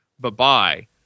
Bye-bye